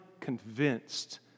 convinced